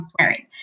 swearing